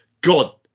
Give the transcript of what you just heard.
God